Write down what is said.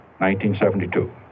1972